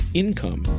income